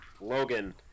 Logan